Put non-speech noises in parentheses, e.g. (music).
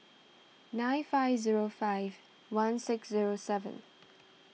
nine five zero five one six zero seven (noise)